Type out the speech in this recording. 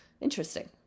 interesting